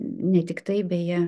ne tiktai beje